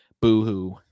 boohoo